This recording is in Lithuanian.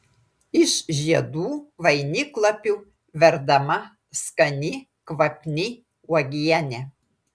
iš žiedų vainiklapių verdama skani kvapni uogienė